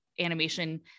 animation